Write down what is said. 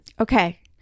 okay